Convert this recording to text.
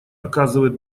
оказывает